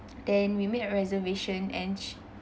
then we made a reservation and ch~